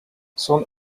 soon